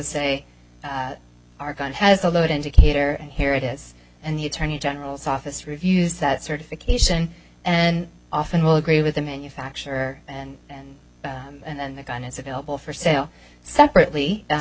say argon has a load indicator and here it is and the attorney general's office reviews that certification and often will agree with the manufacturer and and the gun is available for sale separately